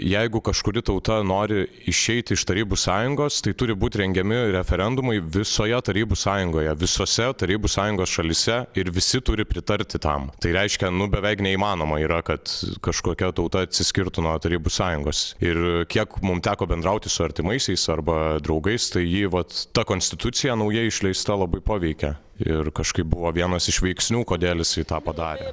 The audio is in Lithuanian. jeigu kažkuri tauta nori išeiti iš tarybų sąjungos tai turi būti rengiami referendumai visoje tarybų sąjungoje visose tarybų sąjungos šalyse ir visi turi pritarti tam tai reiškia nu beveik neįmanoma yra kad kažkokia tauta atsiskirtų nuo tarybų sąjungos ir kiek mums teko bendrauti su artimaisiais arba draugais tai jį vat ta konstitucija naujai išleista labai paveikė ir kažkaip buvo vienas iš veiksnių kodėl jisai tą padarė